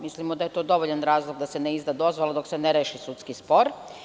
Mislimo da je to dovoljan razlog da se ne izda dozvola dok se ne reši sudski spor.